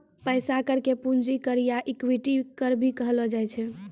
पैसा कर के पूंजी कर या इक्विटी कर भी कहलो जाय छै